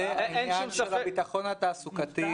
זה עניין של הביטחון התעסוקתי.